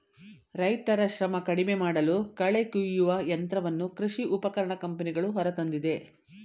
ರೈತರ ಶ್ರಮ ಕಡಿಮೆಮಾಡಲು ಕಳೆ ಕುಯ್ಯುವ ಯಂತ್ರವನ್ನು ಕೃಷಿ ಉಪಕರಣ ಕಂಪನಿಗಳು ಹೊರತಂದಿದೆ